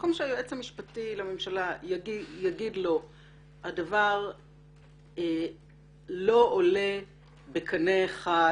במקום שהיועץ המשפטי לממשלה יגיד לו שהדבר לא עולה בקנה אחד